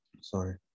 Sorry